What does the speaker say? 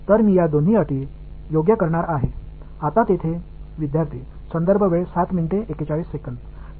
எனவே முதலில் x கூறுகளைப் பார்ப்போம் இங்கே இருக்கிறது